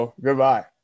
goodbye